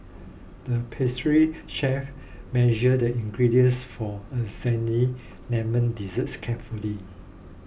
the pastry chef measured the ingredients for a lemon desserts carefully